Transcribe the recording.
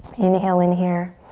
inhale in here.